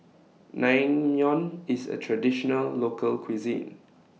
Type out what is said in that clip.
Naengmyeon IS A Traditional Local Cuisine